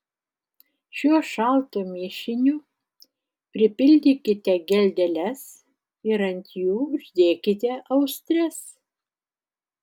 šiuo šaltu mišiniu pripildykite geldeles ir ant jų uždėkite austres